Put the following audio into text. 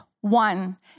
one